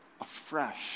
afresh